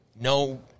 no –